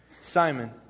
Simon